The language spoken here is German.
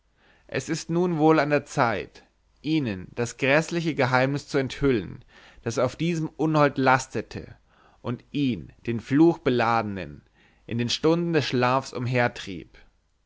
es ist nun wohl an der zeit ihnen das gräßliche geheimnis zu enthüllen das auf diesem unhold lastete und ihn den fluchbeladenen in den stunden des schlafs